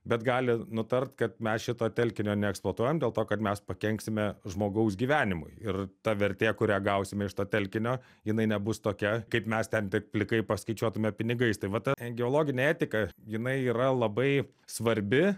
bet gali nutart kad mes šito telkinio neeksploatuojam dėl to kad mes pakenksime žmogaus gyvenimui ir ta vertė kurią gausime iš to telkinio jinai nebus tokia kaip mes ten taip plikai paskaičiuotume pinigais tai va ta geologinė etika jinai yra labai svarbi